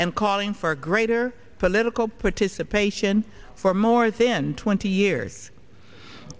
and calling for greater political participation for more then twenty years